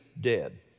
dead